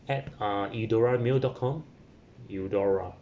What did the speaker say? at uh eudora mail dot com eudora